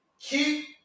keep